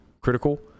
critical